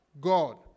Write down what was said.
God